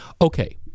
Okay